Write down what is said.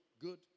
Good